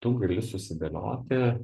tu gali susidėlioti